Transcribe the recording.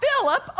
Philip